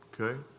Okay